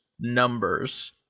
numbers